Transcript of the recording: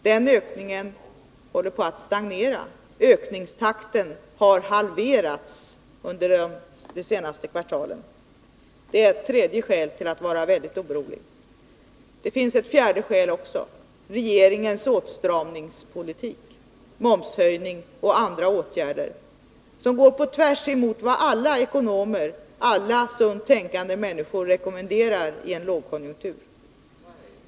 Den ökningen håller på att stagnera. Ökningstakten har halverats under de senaste kvartalen. Det är ett tredje skäl att vara väldigt orolig. Det finns ett fjärde skäl också: regeringens åtstramningspolitik, momshöjningen och andra åtgärder, som går på tvärs emot vad alla ekonomer, alla sunt tänkande människor rekommenderar i en lågkonjunktur.